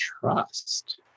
trust